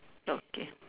not game